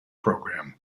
program